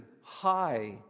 high